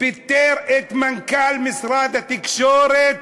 פיטר את מנכ"ל משרד התקשורת